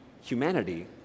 humanity